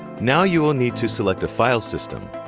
now you will need to select a file system.